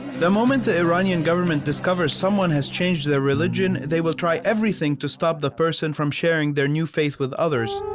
the moment the iranian government has discovered someone has changed their religion, they will try everything to stop the person from sharing their new faith with others.